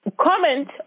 comment